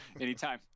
Anytime